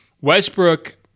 Westbrook